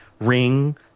ring